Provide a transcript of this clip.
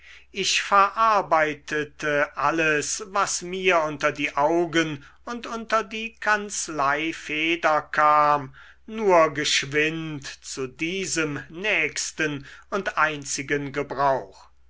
ich verarbeitete alles was mir unter die augen und unter die kanzleifeder kam nur geschwind zu diesem nächsten und einzigen gebrauch